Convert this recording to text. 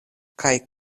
kaj